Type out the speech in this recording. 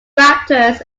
raptors